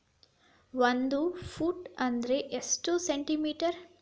ಒಂದು ಫೂಟ್ ಅಂದ್ರ ಎಷ್ಟು ಸೆಂಟಿ ಮೇಟರ್?